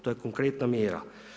To je konkretna mjera.